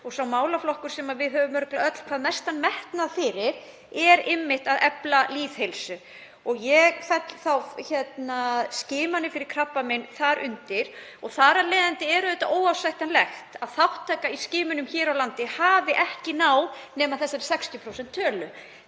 og sá málaflokkur sem við höfum örugglega öll hvað mestan metnað fyrir, er einmitt að efla lýðheilsu. Ég felli skimanir fyrir krabbameini þar undir og þar af leiðandi er auðvitað óásættanlegt að þátttaka í skimunum hér á landi hafi ekki náð nema þessari 60% tölu.